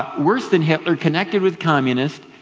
worse than hitler, connected with communists.